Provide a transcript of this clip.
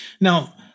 Now